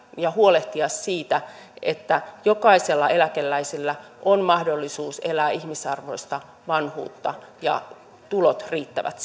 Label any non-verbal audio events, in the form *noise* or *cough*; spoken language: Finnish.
ja huolehtia siitä että jokaisella eläkeläisellä on mahdollisuus elää ihmisarvoista vanhuutta ja tulot riittävät *unintelligible*